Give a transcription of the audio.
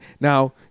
Now